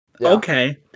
Okay